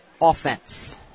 offense